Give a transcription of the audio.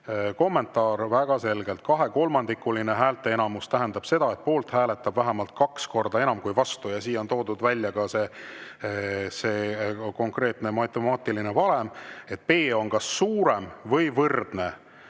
kommentaar väga selgelt: kahekolmandikuline häälteenamus tähendab seda, et poolt hääletab vähemalt kaks korda enam kui vastu. Siin on toodud ka konkreetne matemaatiline valem: P ≥ 2 × V, P on kas suurem või võrdne